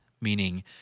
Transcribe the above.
meaning